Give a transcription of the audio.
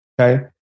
okay